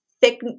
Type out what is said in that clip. thick